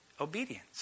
Obedience